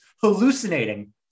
hallucinating